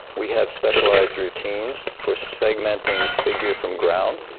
we have specialised routines for segmenting figure from ground,